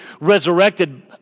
resurrected